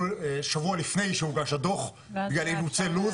שבוע לפני שהוגש הדו"ח בגלל אילוצי לו"ז,